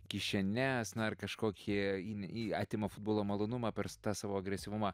kišenes na ar kažkokį įn i atima futbolo malonumą per tą savo agresyvumą